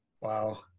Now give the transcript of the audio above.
Wow